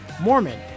Mormon